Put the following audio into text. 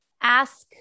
ask